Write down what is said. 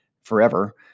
forever